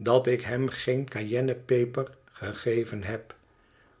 idat ik hem geen cayennepeper gegeven heb